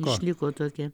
išliko tokia